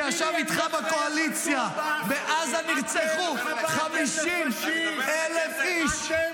שישב איתך בקואליציה: בעזה נרצחו 50,000 איש.